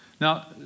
Now